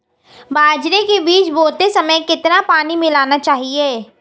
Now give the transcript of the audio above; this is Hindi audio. बाजरे के बीज बोते समय कितना पानी मिलाना चाहिए?